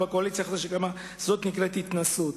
זאת נקראת התנשאות,